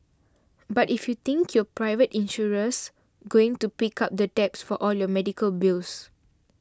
but if you think your private insurer's going to pick up the tabs for all your medical bills